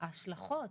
ההשלכות